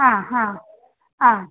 ആ ഹാ ആ